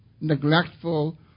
neglectful